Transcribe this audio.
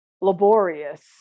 laborious